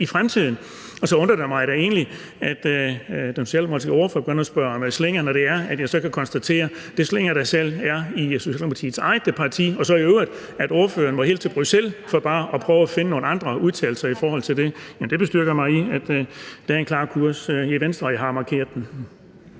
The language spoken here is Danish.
fremtiden. Så undrer det mig da egentlig, at den socialdemokratiske ordfører begynder at spørge om slinger, når det er, jeg så kan konstatere slinger i ordførerens eget parti, Socialdemokratiet. Og så undrer det mig i øvrigt, at ordføreren må helt til Bruxelles for bare at prøve at finde nogle andre udtalelser i forhold til det – jamen det bestyrker mig i, at der er en klar kurs i Venstre, og jeg har markeret den.